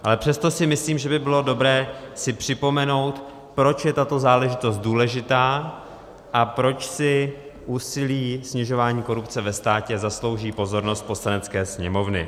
Ale přesto si myslím, že by bylo dobré si připomenout, proč je tato záležitost důležitá a proč si úsilí o snižování korupce ve státě zaslouží pozornost Poslanecké sněmovny.